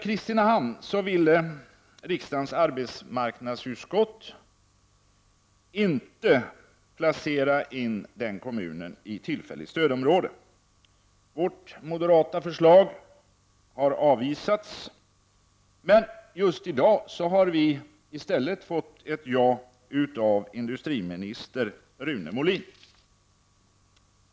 Kristinehamn ville riksdagens arbetsmarknadsutskott inte placera in i tillfälligt stödområde. Vårt moderata förslag har avvisats, men just i dag har vi i stället fått ett ja av industriminister Rune Molin.